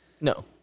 No